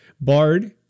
BARD